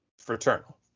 Fraternal